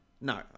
No